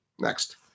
Next